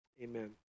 Amen